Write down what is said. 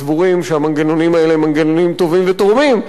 סבורים שהמנגנונים האלה הם מנגנונים טובים ותורמים,